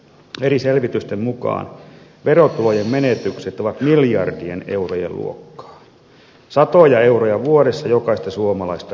eri selvitysten mukaan verotulojen menetykset ovat miljardien eurojen luokkaa satoja euroja vuodessa jokaista suomalaista kohden